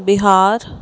Bihar